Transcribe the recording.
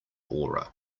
aura